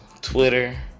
twitter